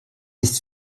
ist